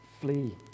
Flee